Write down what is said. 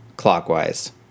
clockwise